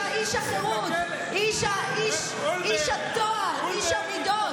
איש החירות, איש הטוהר, איש המידות.